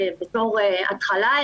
בתור התחלה,